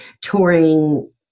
touring